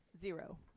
Zero